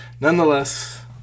nonetheless